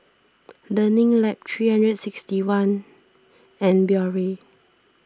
Learning Lab three hundred and sixty one and Biore